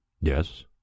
Yes